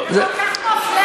זה כל כך מפלה.